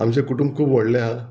आमचें कुटुंब खूब व्हडलें आहा